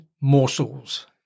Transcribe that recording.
morsels